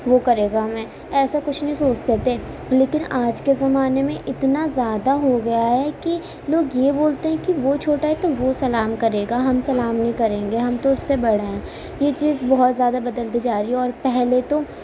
وہ کریگا ہمیں ایسا کچھ نہیں سوچتے تھے لیکن آج کے زمانے میں اتنا زیادہ ہوگیا ہے کہ لوگ یہ بولتے ہیں کہ وہ چھوٹا ہے تو وہ سلام کرے گا ہم سلام نہیں کریں گے ہم تو اس سے بڑے ہیں یہ چیز بہت زیادہ بدلتی جا رہی ہے اور پہلے تو